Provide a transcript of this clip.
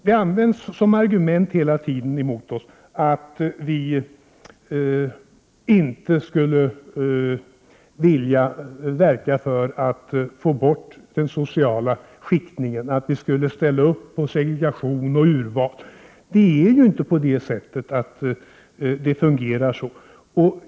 Det används som argument hela tiden emot oss att vi inte skulle vilja verka för att få bort den sociala skiktningen, att vi skulle ställa upp på segregation och urval. Det är ju inte på det sättet som det fungerar.